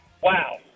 Wow